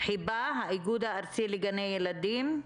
חיבה - האיגוד הארצי לגני ילדים,